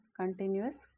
continuous